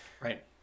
Right